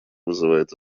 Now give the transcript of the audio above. вызывает